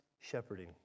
shepherding